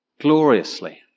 gloriously